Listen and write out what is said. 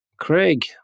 Craig